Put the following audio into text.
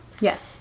yes